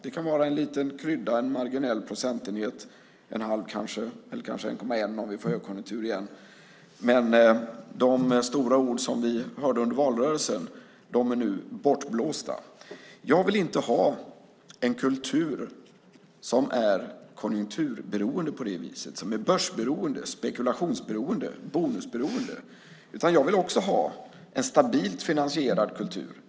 Den kan vara en liten krydda, en marginell procentenhet - en halv kanske, eller kanske 1,1 om vi får högkonjunktur igen - men de stora ord som vi hörde under valrörelsen är nu bortblåsta. Jag vill inte ha en kultur som är konjunkturberoende på det viset - börsberoende, spekulationsberoende, bonusberoende - utan jag vill också ha en stabilt finansierad kultur.